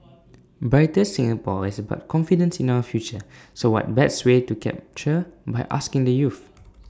brighter Singapore is about confidence in our future so what best way to capture by asking the youth